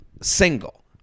single